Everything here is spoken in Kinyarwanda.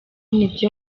n’ibyo